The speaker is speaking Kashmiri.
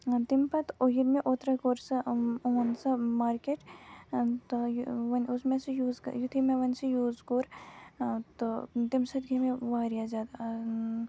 تمہِ پَتہٕ ییٚلہِ مےٚ اوترَے کوٚر سۄ اوٚن سۄ مارکیٹ تہٕ یہِ وۄنۍ اوس مےٚ سُہ یوٗز یُتھُے مےٚ وۄنۍ سُہ یوٗز کوٚر تہٕ تَمہِ سۭتۍ گٔے مےٚ واریاہ زیادٕ